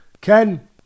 ken